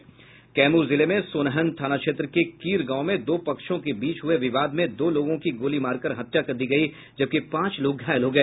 कैमूर जिले में सोनहन थाना क्षेत्र के कीर गांव में दो पक्षों के बीच हुए विवाद में दो लोगों की गोली मारकर हत्या कर दी गयी जबकि पांच लोग घायल हो गए